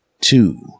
two